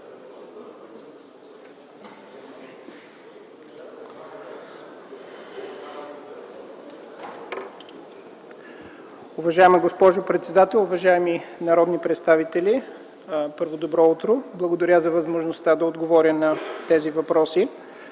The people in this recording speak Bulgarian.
Уважаема госпожо председател, уважаеми народни представители! Първо, добро утро! Благодаря за възможността да отговоря на тези въпроси.